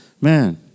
Man